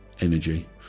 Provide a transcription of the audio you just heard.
energy